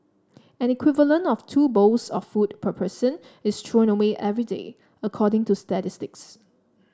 an equivalent of two bowls of food per person is thrown away every day according to statistics